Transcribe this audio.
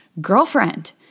Girlfriend